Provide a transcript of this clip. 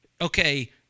okay